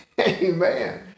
Amen